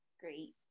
Great